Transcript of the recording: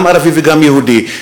גם ערבי וגם יהודי,